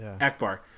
Akbar